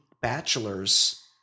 bachelors